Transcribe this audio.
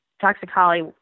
toxicology